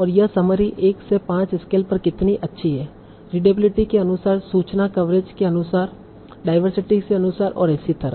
और यह समरी 1 से 5 स्केल पर कितनी अच्छी है रीडएबिलिटी के अनुसार सूचना कवरेज के अनुसार डाईवर्सिटी के अनुसार और इसी तरह